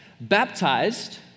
baptized